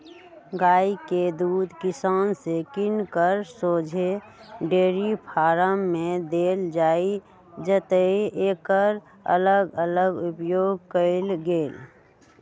गाइ के दूध किसान से किन कऽ शोझे डेयरी फारम में देल जाइ जतए एकर अलग अलग उपयोग कएल गेल